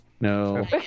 No